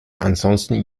ansonsten